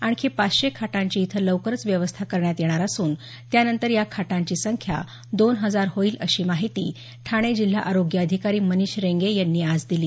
आणखी पाचशे खाटांची इथं लवकरच व्यवस्था करण्यात येणार असून त्यानंतर या खाटांची संख्या दोन हजार होईल अशी माहिती ठाणे जिल्हा आरोग्य अधिकारी मनीष रेंगे यांनी आज दिली